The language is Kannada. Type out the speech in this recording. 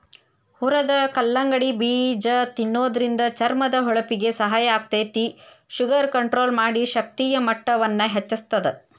ಹುರದ ಕಲ್ಲಂಗಡಿ ಬೇಜ ತಿನ್ನೋದ್ರಿಂದ ಚರ್ಮದ ಹೊಳಪಿಗೆ ಸಹಾಯ ಆಗ್ತೇತಿ, ಶುಗರ್ ಕಂಟ್ರೋಲ್ ಮಾಡಿ, ಶಕ್ತಿಯ ಮಟ್ಟವನ್ನ ಹೆಚ್ಚಸ್ತದ